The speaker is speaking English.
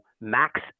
max